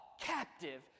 captive